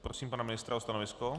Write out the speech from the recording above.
Prosím pana ministra o stanovisko.